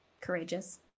courageous